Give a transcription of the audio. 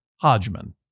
hodgman